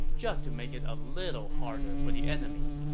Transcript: just to make it a little harder for the enemy